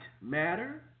matter